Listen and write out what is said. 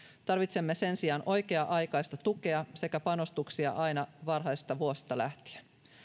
tarvitsemme sen sijaan oikea aikaista tukea sekä panostuksia aina varhaisista vuosista lähtien